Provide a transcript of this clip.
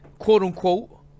quote-unquote